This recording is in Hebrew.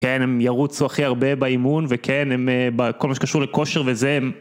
כן, הם ירוצו הכי הרבה באימון, וכן, הם בכל מה שקשור לכושר וזה...